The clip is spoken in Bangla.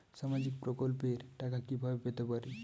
সামাজিক প্রকল্পের টাকা কিভাবে পেতে পারি?